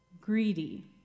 greedy